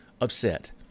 upset